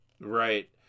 right